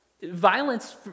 Violence